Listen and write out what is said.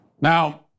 Now